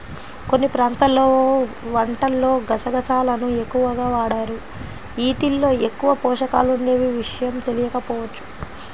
కొన్ని ప్రాంతాల్లో వంటల్లో గసగసాలను ఎక్కువగా వాడరు, యీటిల్లో ఎక్కువ పోషకాలుండే విషయం తెలియకపోవచ్చు